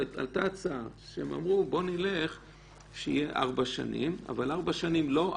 עלתה הצעה שהם אמרו שזה יהיה 4 שנים אבל לא עד